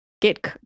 get